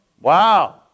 Wow